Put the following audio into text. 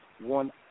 one